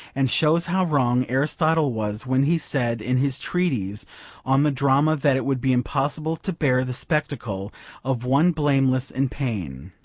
and shows how wrong aristotle was when he said in his treatise on the drama that it would be impossible to bear the spectacle of one blameless in pain.